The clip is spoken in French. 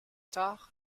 tard